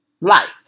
life